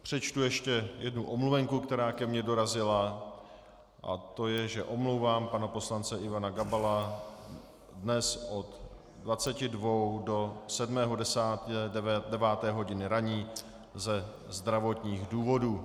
Přečtu ještě jednu omluvenku, která ke mně dorazila, a to je, že omlouvám pana poslance Ivana Gabala dnes od 22 do 7. 10. deváté hodiny ranní ze zdravotních důvodů.